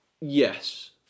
yes